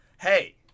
Hey